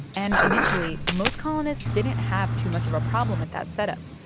and initially, most colonists didn't have too much of a problem with that setup.